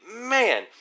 man